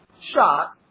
shot